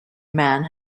man